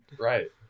Right